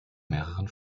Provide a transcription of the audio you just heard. mehreren